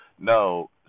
No